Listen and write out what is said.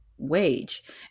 wage